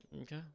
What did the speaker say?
okay